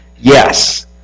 yes